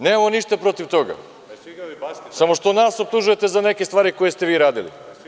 Nemamo ništa protiv toga samo što nas optužujete za neke stvari koje ste vi radili.